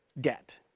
debt